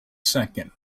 second